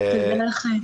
תודה לכם.